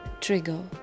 trigger